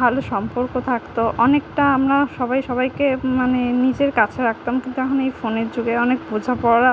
ভালো সম্পর্ক থাকত অনেকটা আমরা সবাই সবাইকে মানে নিজের কাছে রাখতাম কিন্তু এখন এই ফোনের যুগে অনেক বোঝাপড়া